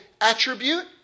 attribute